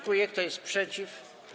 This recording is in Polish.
Kto jest przeciw?